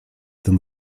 tym